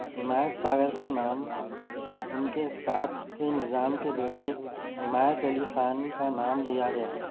حمایت ساگر کا نام ان کے ساتھ ہی نظام کے بیٹے حمایت علی خان کا نام دیا گیا